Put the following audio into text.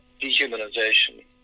dehumanization